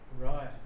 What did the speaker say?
Right